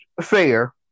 fair